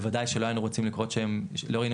בוודאי שלא היינו רוצים לראות שהן קוראים,